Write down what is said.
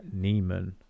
Neiman